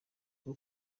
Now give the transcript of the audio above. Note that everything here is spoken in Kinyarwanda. bwo